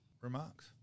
remarks